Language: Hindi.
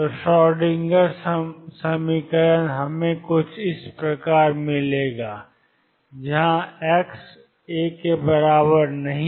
तो श्रोडिंगर समीकरण 22md2dx2 V0xaψ V0x aψEψहै